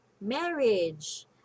marriage